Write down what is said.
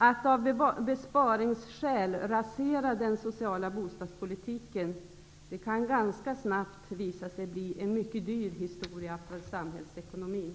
Att av besparingsskäl rasera den sociala bo stadspolitiken kan ganska snabbt visa sig bli en mycket dyr historia för samhällsekonomin.